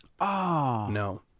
no